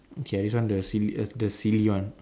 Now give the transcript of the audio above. okay this one the silly err the silly one